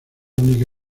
única